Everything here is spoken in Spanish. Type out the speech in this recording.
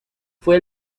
fue